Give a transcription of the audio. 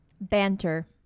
Banter